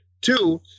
Two